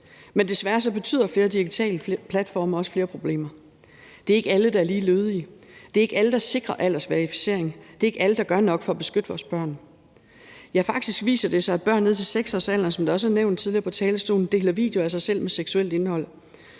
Men desværre betyder flere digitale platforme også flere problemer. Det er ikke alle, der er lige lødige, det er ikke alle, der sikrer aldersverificering, det er ikke alle, der gør nok for at beskytte vores børn. Faktisk viser det sig, at børn ned til 6-årsalderen, som det også tidligere er blevet nævnt på talerstolen, deler videoer af sig selv med seksuelt indhold.